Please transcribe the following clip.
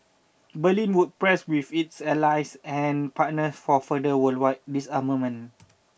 Berlin would press with its allies and partners for further worldwide disarmament